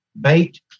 bait